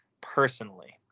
personally